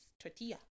tortilla